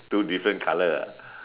two different colour ah